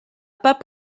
pas